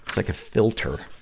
like a filter.